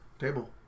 table